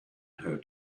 her